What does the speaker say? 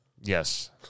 Yes